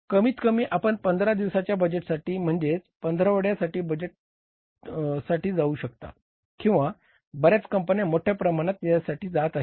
कमीतकमी आपण 15 दिवसांच्या बजेटसाठी म्हणजेच पंधरवड्या बजेटसाठी जाऊ शकता किंवा बर्याच कंपन्या मोठ्या प्रमाणात यासाठी जात आहेत